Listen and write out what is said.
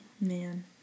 Man